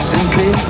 Simply